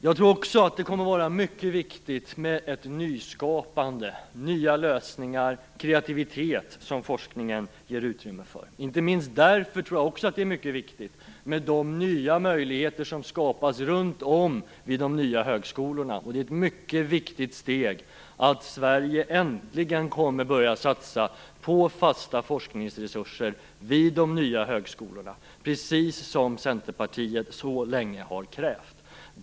Jag tror också att det kommer att vara mycket viktigt med det nyskapande, de nya lösningar och den kreativitet som forskningen ger utrymme för. Därför tror jag också att det är mycket viktigt med de nya möjligheter som skapas runt om vid de nya högskolorna. Det är ett mycket viktigt steg att Sverige äntligen kommer att börja satsa på fasta forskningsresurser vid de nya högskolorna, precis om Centerpartiet så länge har krävt.